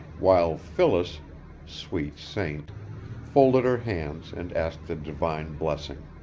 while phyllis sweet saint folded her hands and asked the divine blessing.